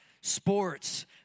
sports